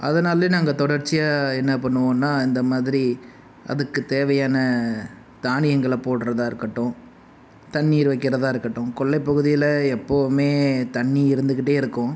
அதனாலே நாங்கள் தொடர்ச்சியாக என்ன பண்ணுவோன்னா இந்தமாதிரி அதுக்கு தேவையான தானியங்களை போட்றதாக இருக்கட்டும் தண்ணீர் வைக்கிறதாக இருக்கட்டும் கொல்ளை பகுதியில் எப்போவுமே தண்ணி இருந்துக்கிட்டே இருக்கும்